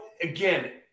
again